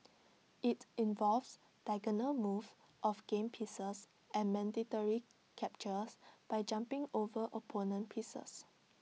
IT involves diagonal moves of game pieces and mandatory captures by jumping over opponent pieces